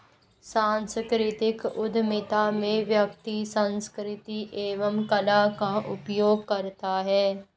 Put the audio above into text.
सांस्कृतिक उधमिता में व्यक्ति संस्कृति एवं कला का उपयोग करता है